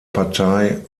partei